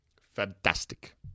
Fantastic